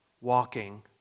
walking